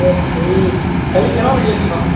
অঁ হেৰি কালি কেনেকুৱা লাগিলে চিনেমাখন